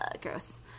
gross